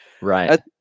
Right